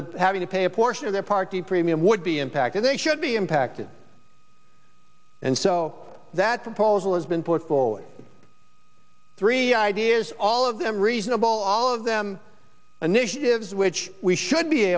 the having to pay a portion of their party premium would be impacted they should be impacted and so that proposal has been put forward three ideas all of them reasonable all of them an initiative which we should be